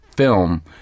film